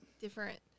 different